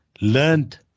learned